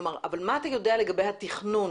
אבל מה אתה יודע לגבי התכנון?